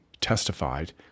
testified